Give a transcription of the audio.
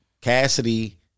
Cassidy